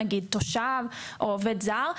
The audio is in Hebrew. למשל תושב או עובד זר,